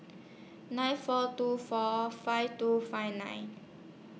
nine four two four five two five nine